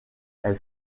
elle